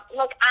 look